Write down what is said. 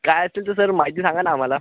काय असतील तर सर माहिती सांगा ना आम्हाला